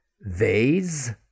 Vase